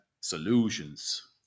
solutions